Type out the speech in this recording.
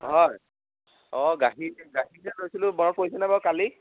হয় অঁ গাখীৰ গাখীৰ যে লৈছিলোঁ মনত পৰিছেনে বাৰু কালি